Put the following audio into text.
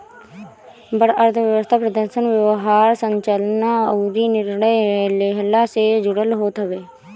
बड़ अर्थव्यवस्था प्रदर्शन, व्यवहार, संरचना अउरी निर्णय लेहला से जुड़ल होत हवे